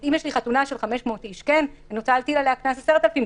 אם יש לי חתונה של 500 אנשים אני רוצה להטיל עליה קנס של 10,000 שקל,